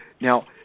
now